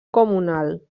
comunal